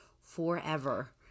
forever